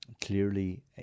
clearly